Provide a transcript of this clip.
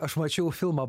aš mačiau filmą